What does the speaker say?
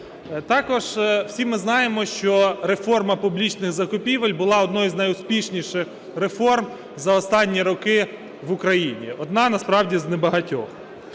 Також всі ми знаємо, що реформа публічних закупівель була однією з найуспішніших реформ за останні роки в Україні, одна насправді з небагатьох.